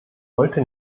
wollte